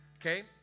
Okay